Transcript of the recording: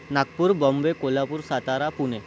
Nagpur Bombay Kolhapur Satara Pune